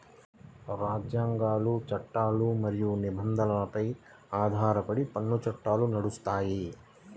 రాజ్యాంగాలు, చట్టాలు మరియు నిబంధనలపై ఆధారపడి పన్ను చట్టాలు నడుస్తాయి